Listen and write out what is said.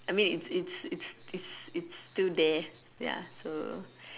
I mean it's it's it's it's it's still there ya so